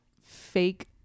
fake